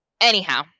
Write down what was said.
anyhow